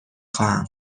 خواهم